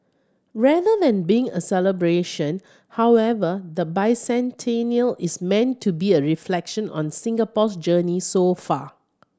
rather than being a celebration however the bicentennial is meant to be a reflection on Singapore's journey so far